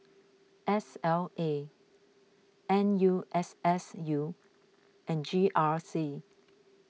S L A N U S S U and G R C